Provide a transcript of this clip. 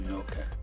okay